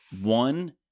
one